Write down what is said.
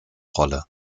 rolle